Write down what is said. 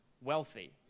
wealthy